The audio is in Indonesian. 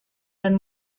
dan